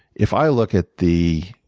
if i look at the